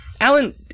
alan